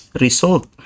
result